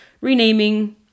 renaming